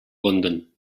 london